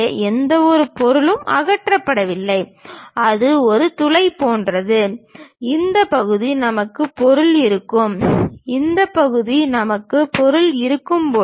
எனவே எந்தவொரு பொருளும் அகற்றப்படவில்லை அது ஒரு துளை போன்றது இந்த பகுதி நமக்கு பொருள் இருக்கும் இந்த பகுதி நமக்கு பொருள் இருக்கும்